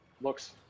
Looks